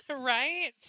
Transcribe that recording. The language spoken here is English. right